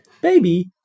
Baby